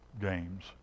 games